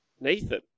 Nathan